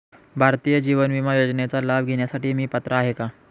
भारतीय जीवन विमा योजनेचा लाभ घेण्यासाठी मी पात्र आहे का?